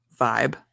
vibe